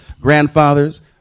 grandfathers